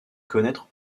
connaître